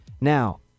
Now